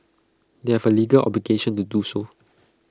they have A legal obligation to do so